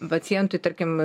pacientui tarkim